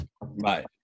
Right